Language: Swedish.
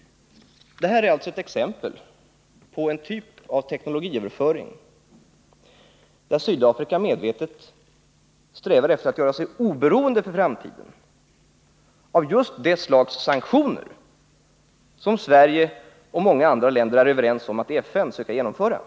Detta är alltså ett exempel på en typ av teknologiöverföring, där Sydafrika medvetet strävar efter att för framtiden göra sig oberoende av just det slag av sanktioner som Sverige och många andra länder är överens om att söka genomföra i FN.